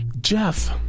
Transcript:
Jeff